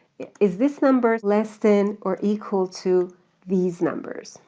is this number less than or equal to these numbers?